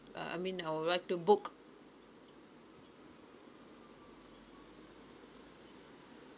uh I mean I would like to book